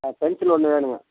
ஆ pencil ஒன்று வேணுங்க